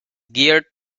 geared